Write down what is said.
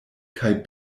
kaj